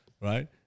right